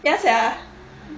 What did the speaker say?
ya sia